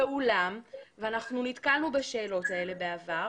ואולם, ואנחנו נתקלנו בשאלות האלה בעבר,